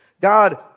God